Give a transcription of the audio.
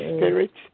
Spirit